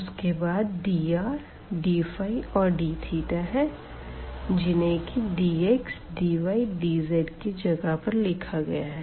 उसके बाद dr d और d है जिन्हें की dx dy dz की जगह पर लिखा गया है